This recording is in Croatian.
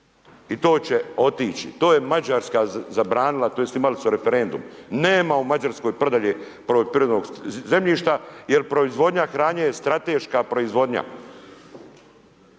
i to će otići. To je Mađarska zabranila, tj. imali su referendum, nema u Mađarskoj prodaje poljoprivrednog zemljišta, jer proizvodnja hrane je strateška proizvodnja.